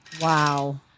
Wow